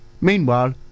Meanwhile